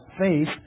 faith